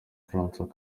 francois